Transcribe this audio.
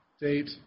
date